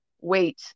wait